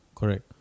Correct